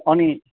अनि